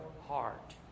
heart